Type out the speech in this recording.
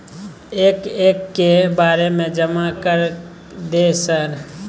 एक एक के बारे जमा कर दे सर?